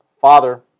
Father